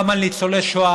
גם על ניצולי שואה,